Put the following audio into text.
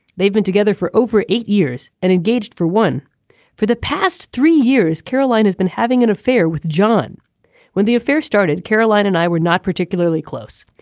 they've been together for over eight years and engaged for one for the past three years. caroline has been having an affair with john when the affair started. caroline and i were not particularly close.